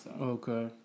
Okay